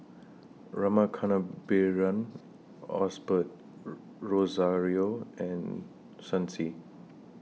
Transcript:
Rama Kannabiran Osbert Rozario and Shen Xi